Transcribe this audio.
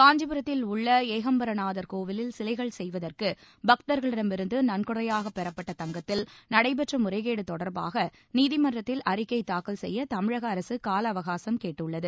காஞ்சிபுரத்தில் உள்ள ஏகாம்பர நாதர் கோவிலில் சிலைகள் செய்வதற்கு பக்தர்களிடமிருந்து நன்கொடையாக பெறப்பட்ட தங்கத்தில் நடைபெற்ற முறைகேடு தொடர்பாக நீதிமன்றத்தில் அறிக்கை தாக்கல் செய்ய தமிழக அரசு காலஅவகாசம் கேட்டுள்ளது